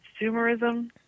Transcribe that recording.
consumerism